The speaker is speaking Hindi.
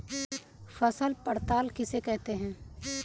फसल पड़ताल किसे कहते हैं?